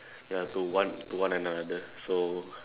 ya to one to one another so